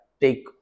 take